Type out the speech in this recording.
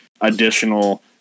additional